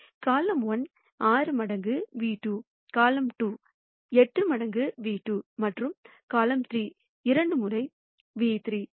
காலம் 1 6 மடங்கு ν₂ காலம் 2 8 மடங்கு ν₂ மற்றும் காலம் 3 2 முறை ν 3